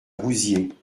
vouziers